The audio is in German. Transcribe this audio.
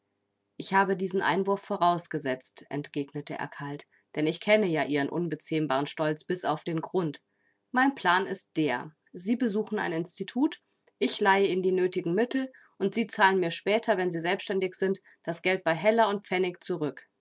ich habe diesen einwurf vorausgesetzt entgegnete er kalt denn ich kenne ja ihren unbezähmbaren stolz bis auf den grund mein plan ist der sie besuchen ein institut ich leihe ihnen die nötigen mittel und sie zahlen mir später wenn sie selbständig sind das geld bei heller und pfennig zurück